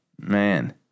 man